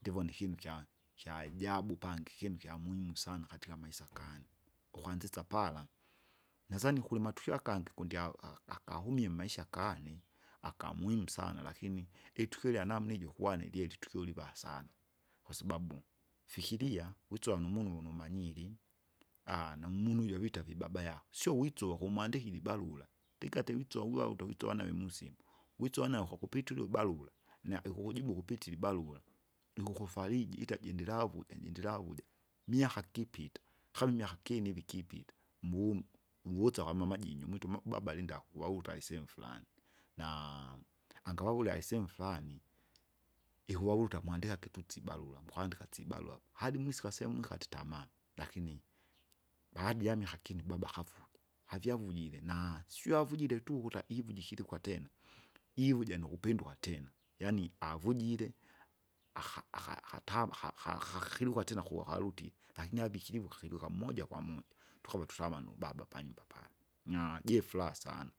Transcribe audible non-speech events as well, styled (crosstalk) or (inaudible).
Ndivona ikinu kya- kyajabu pangi, ikinu kyamuhimu sana katika maisa gani, ukwanzisa pala. Nazani kulimatukio agangi kundya a- akahumile mmaisha gane akamuhimu sana lakini, itukio ilyanamna ijo kwane lyeri itukio liva sana, kwasababu fikiia witsuva numunu vunu umanyiri (hesitation) namunu ujo vita vibaba vibabayako sio witsuva kumwandikile ibarura, likati witsuva wiwa wutukutsuwa nave musimu. Wisonya kwakupiture ubarura, na ukukjibu ukupitira ibarura ikukufariji ita jindilavu enyi ndilavuja, miaka kipita, kama imiaka kimi ivi kipita, muvumu uvusa kwamamaji nyumwituma ubaba linda kuwauta lisehemu flani. Naa angawaurya isemu flani, ikuwawuta mwandika kitutsi barua, mukwandika sibarura, hadi mwisika syamwikate itamaa, lakini pahajiamika akini ubabakavuje. Avia avujire na sio avujire tu ukuta ivijikilikwa tena ivuja nukupinduka tena, yaani avujile, aka- aka- akatava- aka- akahinuka tena kuwa karutie, lakini abikiriwa kiruka mmoja kwa moja. Tukava tutamani ubaba panyumba pala, nyajefuraha sana,